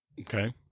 Okay